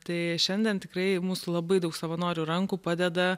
tai šiandien tikrai mūsų labai daug savanorių rankų padeda